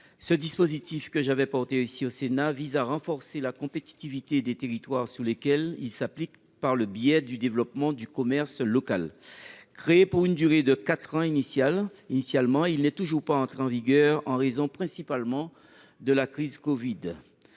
Ce dispositif, que j’avais défendu dans cette assemblée, vise à renforcer la compétitivité des territoires dans lesquels il s’applique par le biais du développement du commerce local. Créé pour une durée de quatre ans initialement, il n’est toujours pas entré en vigueur, en raison principalement de la crise du